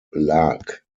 lark